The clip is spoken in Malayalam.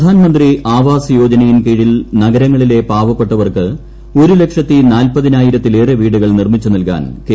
പ്രധാൻ മന്ത്രി ആവാസ്പ് യോജനയിൻ കീഴിൽ നഗരങ്ങളിലെ പാവപ്പെട്ടവർക്ക് ഒരു് ലക്ഷത്തി നാൽപ്പതിനായിരത്തിലേറെ വീടുകൾ നിർമ്മിച്ചു ക്ൽകാൻ കേന്ദ്ര അനുമതി